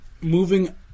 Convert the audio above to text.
Moving